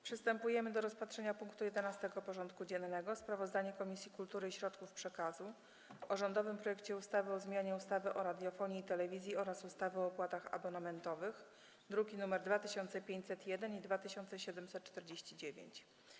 Przystępujemy do rozpatrzenia punktu 11. porządku dziennego: Sprawozdanie Komisji Kultury i Środków Przekazu o rządowym projekcie ustawy o zmianie ustawy o radiofonii i telewizji oraz ustawy o opłatach abonamentowych (druki nr 2501 i 2749)